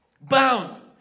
Bound